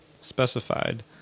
specified